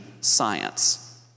science